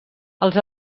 els